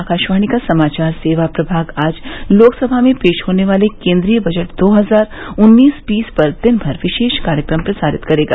आकाशवाणी का समाचार सेवा प्रभाग आज लोकसभा में पेश होने वाले केन्द्रीय बजट दो हजार उन्नीस बीस पर दिनभर विशेष कार्यक्रम प्रसारित करेगा